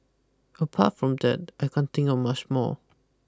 apart from that I can't think of much more